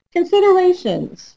Considerations